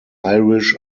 irish